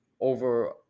over